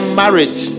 marriage